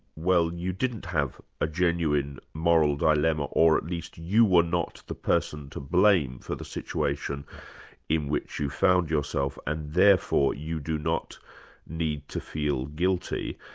well you didn't have a genuine moral dilemma, or at least you were not the person to blame for the situation in which you found yourself and therefore you do not need to feel guilty,